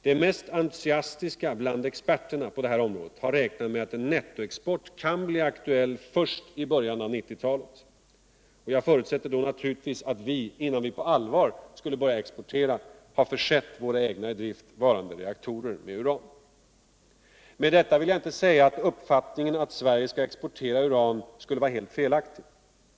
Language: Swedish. De mest entusiastiska på området har räknat med att nettoexport kan bli aktuell först i början av 1990-talet. Jag förutsätter då naturligtvis att vi. innan vi på allvar skulle börja exportera, har försett våra egna i drift varande Energiforskning, reaktorer med uran. Med detta vill jag inte säga att uppfattningen att Sverige skall exportera uran skulle vara helt felaktig.